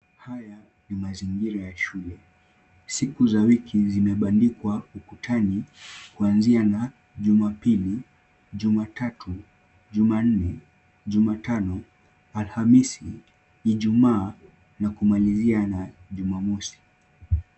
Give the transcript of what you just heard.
Haya ni mazingira ya shule. Siku za wiki zimebandikwa ukutani kuanzia na Jumapili, Jumatatu, Jumanne, Jumatano, Alhamisi, Ijumaa na kumalizia na Jumamosi.